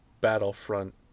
Battlefront